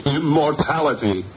immortality